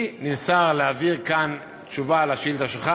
לי נמסר להעביר כאן תשובה על השאילתה שלך